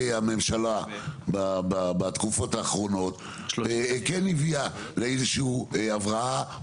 הממשלה בתקופות האחרונות כן הביאה לאיזה שהיא הבראה,